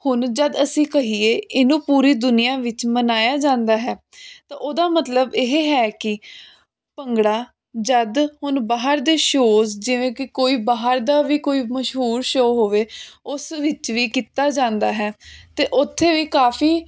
ਹੁਣ ਜਦ ਅਸੀਂ ਕਹੀਏ ਇਹਨੂੰ ਪੂਰੀ ਦੁਨੀਆਂ ਵਿੱਚ ਮਨਾਇਆ ਜਾਂਦਾ ਹੈ ਤਾਂ ਉਹਦਾ ਮਤਲਬ ਇਹ ਹੈ ਕਿ ਭੰਗੜਾ ਜਦ ਉਹਨੂੰ ਬਾਹਰ ਦੇ ਸ਼ੋਜ ਜਿਵੇਂ ਕਿ ਕੋਈ ਬਾਹਰ ਦਾ ਵੀ ਕੋਈ ਮਸ਼ਹੂਰ ਸ਼ੋ ਹੋਵੇ ਉਸ ਵਿੱਚ ਵੀ ਕੀਤਾ ਜਾਂਦਾ ਹੈ ਅਤੇ ਉੱਥੇ ਵੀ ਕਾਫ਼ੀ